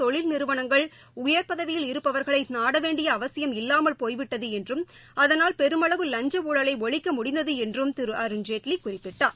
தொழில் நிறுவனங்கள் உயர் பதவியில் இருப்பவர்களை நாட வேண்டிய அவசியம் இல்லாமல் போய்விட்டது என்றும் அதனால் பெருமளவு வஞ்ச ஊழலை ஒழிக்க முடிந்தது என்றும் திரு அருண்ஜேட்லி குறிப்பிட்டார்